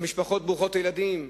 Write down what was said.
במשפחות ברוכות הילדים,